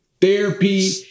therapy